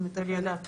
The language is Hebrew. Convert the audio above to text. הזאת,